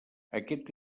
aquest